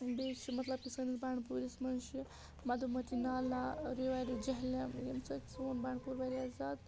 بیٚیہِ چھِ مَطلب کہِ سٲنِس بنٛڈپوٗرِس منٛز چھِ مَدھوٗمتی نالا رِوَرِ جہلم ییٚمہِ سۭتۍ سون بنٛڈپوٗر وارِیاہ زیادٕ